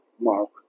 Mark